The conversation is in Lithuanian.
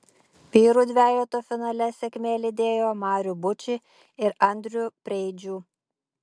vyrų dvejeto finale sėkmė lydėjo marių bučį ir andrių preidžių